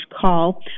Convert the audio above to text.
Call